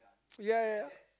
ya ya ya